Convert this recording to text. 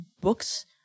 books